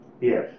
Yes